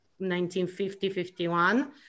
1950-51